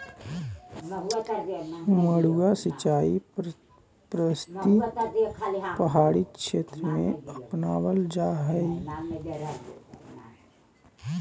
मड्डा सिंचाई पद्धति पहाड़ी क्षेत्र में अपनावल जा हइ